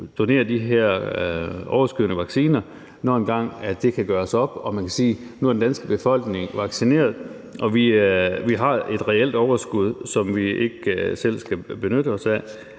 donere de her overskydende vacciner, når det engang kan gøres op og man kan sige: Nu er den danske befolkning vaccineret, og vi har et reelt overskud, som vi ikke selv skal benytte os af.